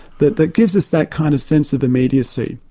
that that gives us that kind of sense of immediacy.